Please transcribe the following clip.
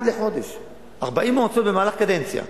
אחת לחודש,